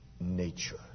nature